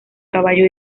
caballo